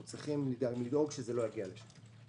אנחנו צריכים לדאוג שזה לא יגיע לשם.